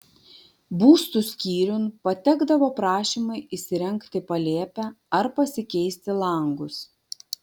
būstų skyriun patekdavo prašymai įsirengti palėpę ar pasikeisti langus